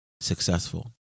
successful